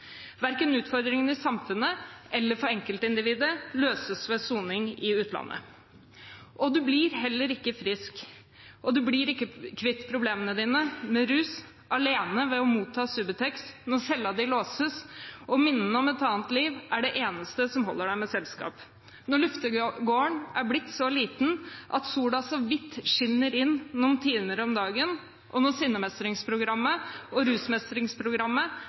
Verken utfordringene i samfunnet eller for enkeltindividet løses ved soning i utlandet, og en blir ikke kvitt problemene sine med rus kun ved å motta Subutex når cella låses og minnene om et annet liv er det eneste som holder en med selskap, når luftegården er blitt så liten at sola så vidt skinner inn noen timer om dagen, og når sinnemestringsprogrammet og rusmestringsprogrammet